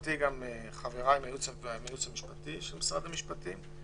ולשמחתי גם חבריי מהייעוץ המשפטי של משרד המשפטים,